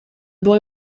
boy